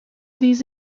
these